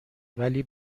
ولی